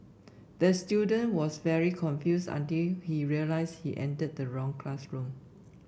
the student was very confused until he realised he entered the wrong classroom